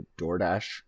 DoorDash